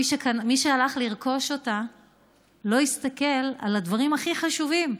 מי שהלך לרכוש אותה לא הסתכל על הדברים הכי חשובים: